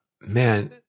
man